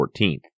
14th